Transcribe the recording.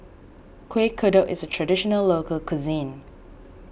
Kuih Kodok is a Traditional Local Cuisine